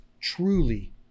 truly